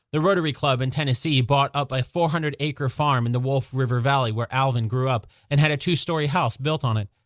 the rotary club in tennessee bought up a four hundred acre farm in the wolf river valley where alvin grew up and had a two-story house built on it.